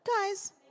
Guys